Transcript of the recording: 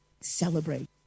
celebrate